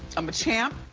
i'm a champ,